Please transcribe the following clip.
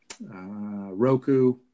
Roku